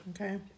Okay